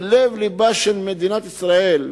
בלב לבה של מדינת ישראל,